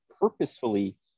purposefully